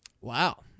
Wow